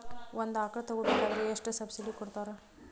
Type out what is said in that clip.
ಒಂದು ಆಕಳ ತಗೋಬೇಕಾದ್ರೆ ಎಷ್ಟು ಸಬ್ಸಿಡಿ ಕೊಡ್ತಾರ್?